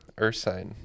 Ursine